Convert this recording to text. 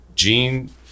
Gene